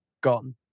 gone